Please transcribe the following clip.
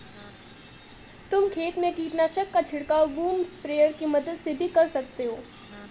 तुम खेत में कीटनाशक का छिड़काव बूम स्प्रेयर की मदद से भी कर सकते हो